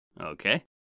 Okay